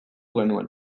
genuen